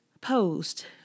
post